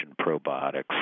probiotics